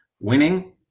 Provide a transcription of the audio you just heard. winning